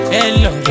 Hello